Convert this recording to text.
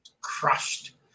crushed